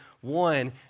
One